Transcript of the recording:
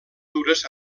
dures